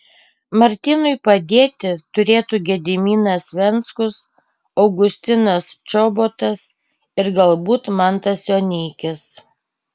martynui padėti turėtų gediminas venckus augustinas čobotas ir galbūt mantas joneikis